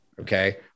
Okay